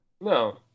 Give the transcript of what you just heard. No